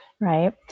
right